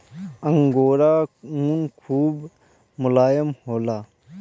angora ऊन खूब मोलायम होला